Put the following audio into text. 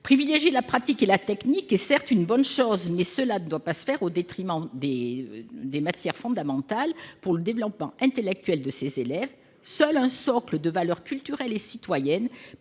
Privilégier la pratique et la technique est certes une bonne chose, mais cela ne doit pas se faire au détriment de matières fondamentales pour le développement intellectuel de ces élèves. Seul un socle de valeurs culturelles et citoyennes